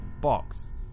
box